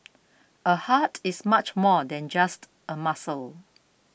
a heart is much more than just a muscle